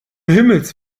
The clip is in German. himmels